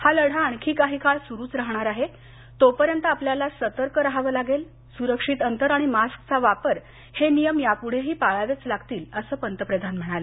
हा लढा आणखी काही काळ सुरूच राहणार आहे तोपर्यंत आपल्याला सतर्क रहाव लागेल सुरक्षित अंतर आणि मास्कचा वापर हे नियम यापूढेही पाळावेच लागतील असं पंतप्रधान म्हणाले